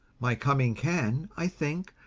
my coming can, i think,